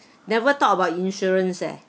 never talk about insurance eh